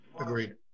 agreed